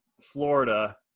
florida